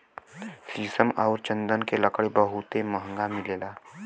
शीशम आउर चन्दन के लकड़ी बहुते महंगा मिलेला